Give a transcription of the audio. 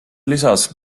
lisas